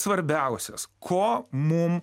svarbiausias ko mum